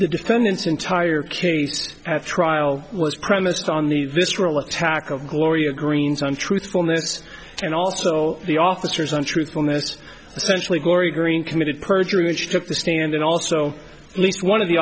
the defendant's entire case at trial was premised on the visceral attack of gloria greens on truthfulness and also the officers on truthfulness essentially gauri green committed perjury which took the stand and also at least one of the